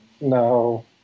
No